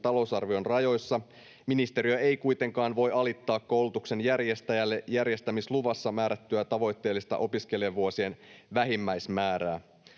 talousarvion rajoissa, ministeriö ei kuitenkaan voi alittaa koulutuksen järjestäjälle järjestämisluvassa määrättyä tavoitteellista opiskelijavuosien vähimmäismäärää.